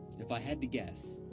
if i had to guess,